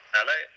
Hello